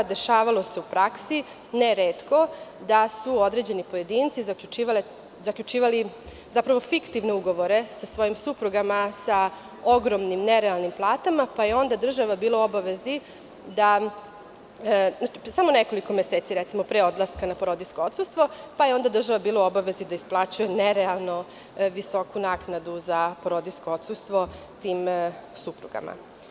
Dešavalo se u praksi, ne retko, da su određeni pojedinci zaključivali zapravo fiktivne ugovore sa svojim suprugama sa ogromnim nerealnim platama, pa je onda država bila u obavezi da samo nekoliko meseci recimo pre odlaska na porodiljsko odsustvo da isplaćuje nerealno visoku naknadu za porodiljsko odsustvo tim suprugama.